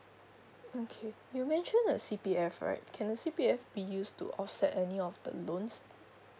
okay you mentioned the C_P_F right can the C_P_F be used to offset any of the loans